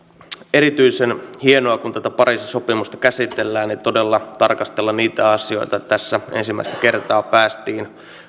erityisen hienoa kun tätä pariisin sopimusta käsitellään ja todella tarkastellaan niitä asioita että tässä ensimmäistä kertaa päästiin